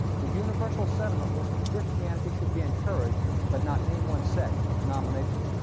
the universal sentiment was that christianity should be encouraged, but not any one set denomination.